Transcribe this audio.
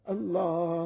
Allah